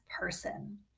person